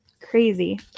crazy